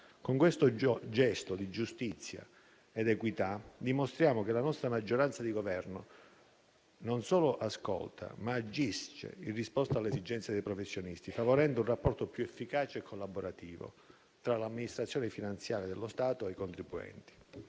Con questo gesto di giustizia ed equità dimostriamo che la nostra maggioranza di Governo non solo ascolta, ma agisce in risposta alle esigenze dei professionisti, favorendo un rapporto più efficace e collaborativo tra l'amministrazione finanziaria dello Stato e i contribuenti.